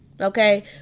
okay